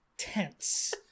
tense